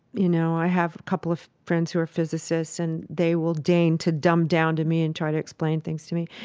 you know, i have a couple of friends who are physicists, and they will deign to dumb down to me and try to explain things to me.